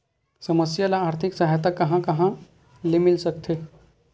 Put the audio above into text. समस्या ल आर्थिक सहायता कहां कहा ले मिल सकथे?